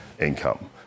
income